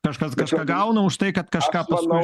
kažkas kažką gauna už tai kad kažką paskui